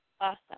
awesome